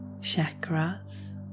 chakras